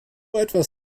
etwas